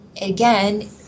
again